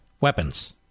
weapons